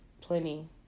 plenty